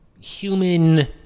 human